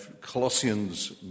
Colossians